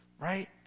right